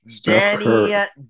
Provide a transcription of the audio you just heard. Danny